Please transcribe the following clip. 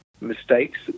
mistakes